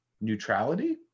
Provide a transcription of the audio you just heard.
neutrality